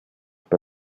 bei